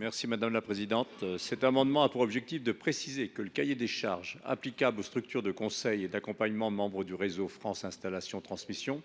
M. Daniel Salmon. Cet amendement tend à préciser que le cahier des charges applicable aux structures de conseil et d’accompagnement membres du réseau France installations transmissions